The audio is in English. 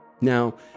Now